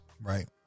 Right